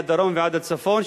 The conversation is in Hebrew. מהדרום ועד הצפון,